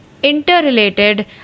interrelated